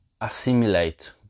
assimilate